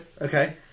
Okay